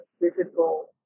physical